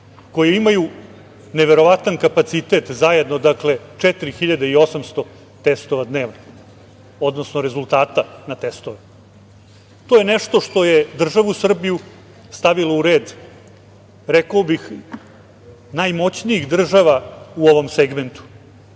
koje imaju neverovatan kapacitet, zajedno 4.800 testova dnevno, odnosno rezultata na testove. To je nešto što je državu Srbiju stavio u redu rekao bih, najmoćnijih država u ovom segmentu.